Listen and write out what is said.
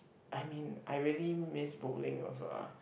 I mean I really miss bowling also lah